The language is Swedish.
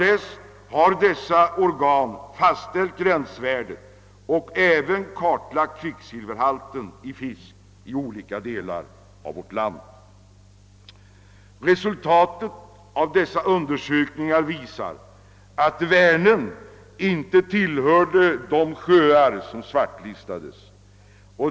Sedermera har dessa organ fastställt ett sådant gränsvärde och har även kartlagt kvicksilverhalten i fisk i olika delar av landet. Resultatet av dessa undersökningar blev att Vänern inte hänfördes till de sjöar som svartlistades.